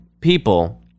people